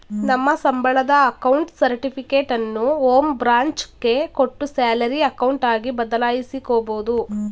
ನಮ್ಮ ಸಂಬಳದ ಅಕೌಂಟ್ ಸರ್ಟಿಫಿಕೇಟನ್ನು ಹೋಂ ಬ್ರಾಂಚ್ ಗೆ ಕೊಟ್ಟು ಸ್ಯಾಲರಿ ಅಕೌಂಟ್ ಆಗಿ ಬದಲಾಯಿಸಿಕೊಬೋದು